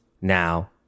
now